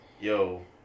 yo